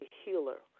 healer